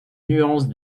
nuance